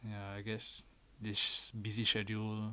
ya I guess this busy schedule